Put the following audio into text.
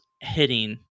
hitting